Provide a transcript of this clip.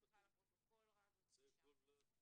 זאב גולדבלט,